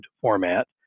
format